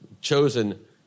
chosen